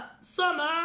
summer